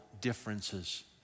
differences